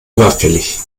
überfällig